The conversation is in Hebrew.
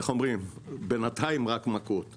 בינתיים, רק מכות.